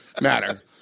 matter